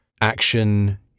action